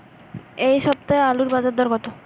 এ সপ্তাহে আলুর বাজার দর কত?